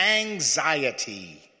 anxiety